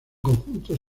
conjunto